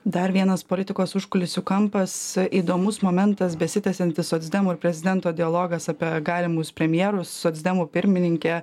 dar vienas politikos užkulisių kampas įdomus momentas besitęsiantis socdemų ir prezidento dialogas apie galimus premjerus socdemu pirmininkė